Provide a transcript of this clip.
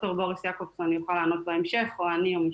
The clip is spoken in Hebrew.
ד"ר בוריס יעקובסון יוכל לענות בהמשך או אני.